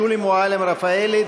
שולי מועלם-רפאלי,